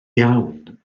iawn